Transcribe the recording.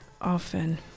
often